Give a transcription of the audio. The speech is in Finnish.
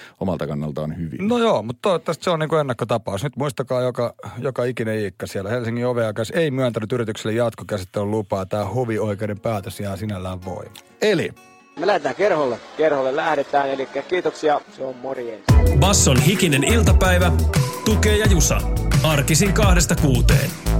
omalta kannaltaan hyvin. No joo, mut toivottavasti se on niinku ennakkotapaus. Nyt muistakaa joka- joka ikinen iikka siellä. Helsingin hovioikeus ei myöntänyt yritykselle jatkokäsittelylupaa. Tää hovioikeuden päätös jää sinällään voimaan. Eli? Me lähdetään kerholle. Kerholle lähdetään, elikkä kiitoksia. Se on morjens. Basson hikinen iltapäivä. Tukea ja Jusa. Arkisin kahdesta kuuteen.